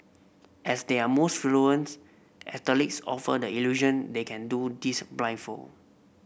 as their most fluent athletes offer the illusion they can do this blindfolded